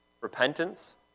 Repentance